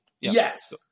Yes